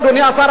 אדוני השר,